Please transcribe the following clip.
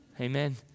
amen